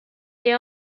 they